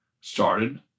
started